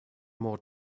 more